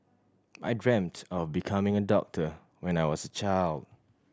I dreamt of becoming a doctor when I was a child